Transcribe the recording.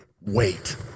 Wait